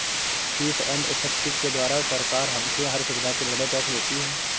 fees and effective के द्वारा सरकार हमसे हर सुविधा के बदले टैक्स लेती है